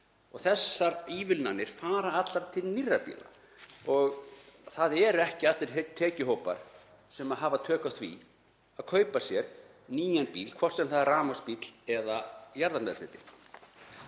og þessar ívilnanir fara allar til nýrra bíla. Það eru ekki allir tekjuhópar sem hafa tök á því að kaupa sér nýjan bíl, hvort sem það er rafmagnsbíll eða jarðefnaeldsneytisbíll.